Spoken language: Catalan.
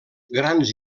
grans